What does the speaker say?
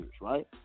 Right